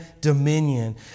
dominion